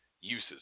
uses